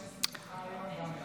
נתקבלו.